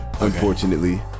unfortunately